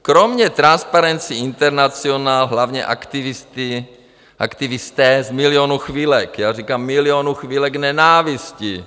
Kromě Transparency International hlavně aktivisté z Milionu chvilek, já říkám Milionu chvilek nenávisti.